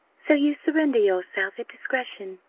so you surrender yourself at discretion,